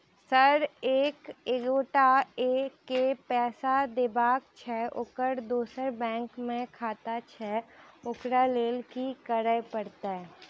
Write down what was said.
Sir एक एगोटा केँ पैसा देबाक छैय ओकर दोसर बैंक मे खाता छैय ओकरा लैल की करपरतैय?